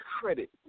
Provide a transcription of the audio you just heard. credit